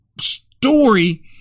story